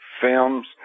films